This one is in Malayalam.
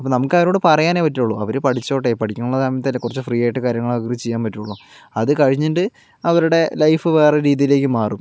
നമുക്കവരോട് പറയാനേ പറ്റുകയുളളൂ അവര് പഠിച്ചോട്ടെ പഠിക്കുമ്പോൾ ആകുമ്പോഴേക്ക് കുറച്ച് ഫ്രീ ആയിട്ട് കാര്യങ്ങളവർക്ക് ചെയ്യാൻ പറ്റുകയുളളൂ അത് കഴിഞ്ഞിട്ട് അവരുടെ ലൈഫ് വേറേ രീതിയിലേക്ക് മാറും